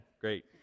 great